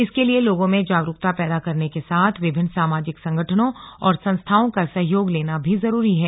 इसके लिए लोगों में जागरूकता पैदा करने के साथ विभिन्न सामाजिक संगठनों और संस्थाओं का सहयोग लेना भी जरूरी है